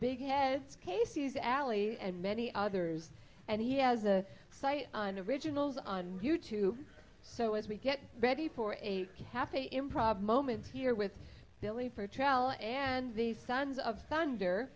big heads casey's alley and many others and he has a site on the originals on you tube so as we get ready for a cafe improv moments here with billy for trial and the sons of thunder